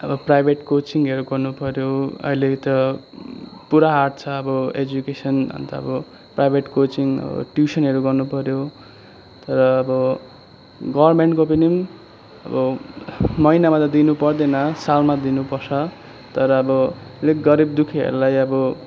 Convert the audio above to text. अब प्राइभेट कोचिङहरू गर्नुपर्यो अहिले त पुरा हार्ड छ अब एडुकेसन अन्त अब प्राइभेट कोचिङ अब ट्युसनहरू गर्नुपर्यो तर अब गभर्नमेन्टको पनि अब महिनामा त दिनु पर्दैन सालमा दिनुपर्छ तर अब अलिक गरीब दुःखीहरूलाई अब